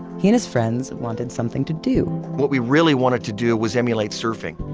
he and his friends wanted something to do what we really wanted to do was emulate surfing.